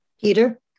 peter